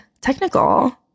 technical